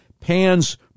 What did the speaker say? pans